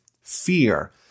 fear